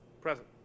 Present